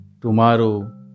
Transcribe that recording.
Tomorrow